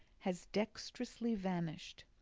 has dexterously vanished.